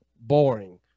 Boring